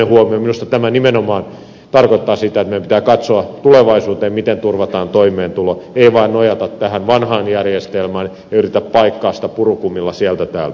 minusta tämä nimenomaan tarkoittaa sitä että meidän pitää katsoa tulevaisuuteen miten turvataan toimeentulo ei vain nojata tähän vanhaan järjestelmään ja yritetä paikata sitä purukumilla sieltä täältä